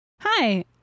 Hi